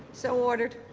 so ordered.